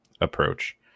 approach